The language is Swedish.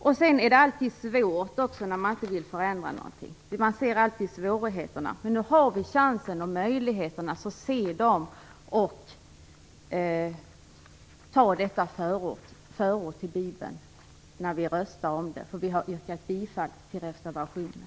Det är också alltid svårt när man inte vill förändra någonting. Då ser man alltid svårigheterna. Men kammarens ledamöter har nu möjligheten att rösta om ett förord till Bibeln, eftersom vi har yrkat bifall till reservationen.